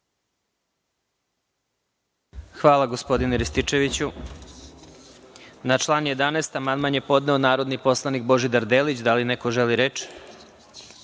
Hvala gospodine Rističeviću. Na član 11. amandman je podneo narodni poslanik Božidar Delić. Da li neko želi reč? Na